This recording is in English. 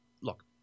look